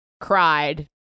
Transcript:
cried